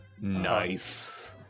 nice